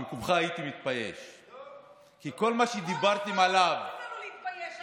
במקומך הייתי מתבייש, אני הולכת להתבייש.